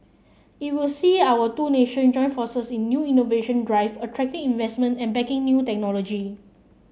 it will see our two nation join forces in new innovation drive attracting investment and backing new technology